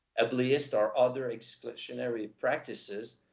ah elitist, or other exclusionary practices,